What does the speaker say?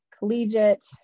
collegiate